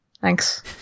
Thanks